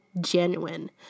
genuine